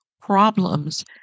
problems